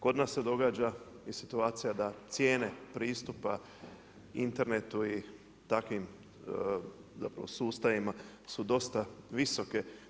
Kod nas se događa i situacija da cijene pristupa internetu i takvim sustavima su dosta visoke.